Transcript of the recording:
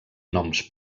noms